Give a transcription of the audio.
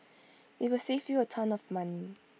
IT will save you A ton of money